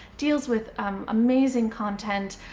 deals with amazing content.